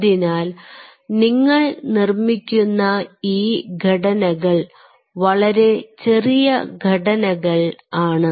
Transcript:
അതിനാൽ നിങ്ങൾ നിർമ്മിക്കുന്ന ഈ ഘടനകൾ വളരെ ചെറിയ ഘടനകൾ ആണ്